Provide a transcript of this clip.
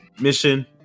mission